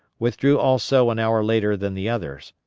withdrew also an hour later than the others,